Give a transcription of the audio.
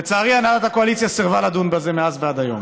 לצערי הנהלת הקואליציה סירבה לדון בזה מאז ועד היום,